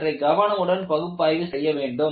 அவற்றை கவனமுடன் பகுப்பாய்வு செய்ய வேண்டும்